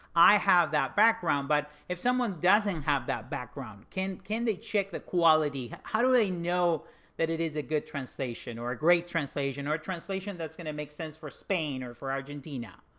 i have that background. but if someone doesn't have that background, can can they check the quality? how do they know that it is a good translation or a great translation or translation that's gonna make sense for spain or for argentina?